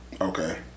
Okay